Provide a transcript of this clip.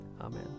Amen